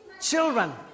children